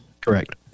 correct